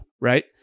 right